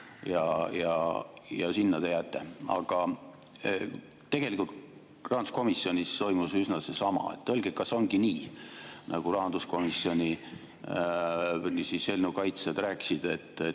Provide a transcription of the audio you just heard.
ja sinna te jääte. Aga tegelikult ka rahanduskomisjonis toimus üsna seesama. Öelge, kas ongi nii, nagu rahanduskomisjonis eelnõu kaitsjad rääkisid, et